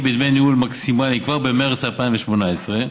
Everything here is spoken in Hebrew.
בדמי ניהול מקסימליים כבר במרס 2018,